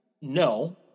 No